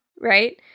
right